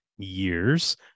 years